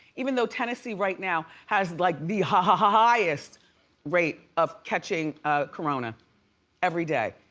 even though tennessee right now has like the highest rate of catching corona every day,